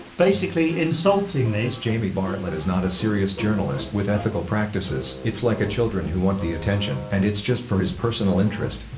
basically insulting me jamie bartlett is not a serious journalist with ethical practices. it's like a children who want the attention, and it's just for his personal interest.